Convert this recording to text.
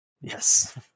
Yes